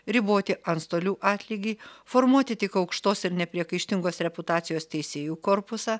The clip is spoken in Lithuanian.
riboti antstolių atlygį formuoti tik aukštos ir nepriekaištingos reputacijos teisėjų korpusą